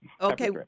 Okay